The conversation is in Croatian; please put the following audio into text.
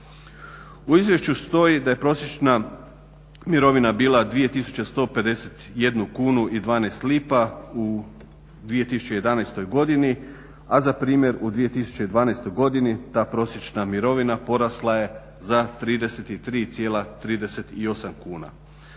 U izvješću stoji da je prosječna mirovina bila 2151,12 kunu u 2011. godini, a za primjer u 2012. godini ta prosječna mirovina porasla je za 33,38 kuna.